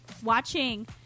watching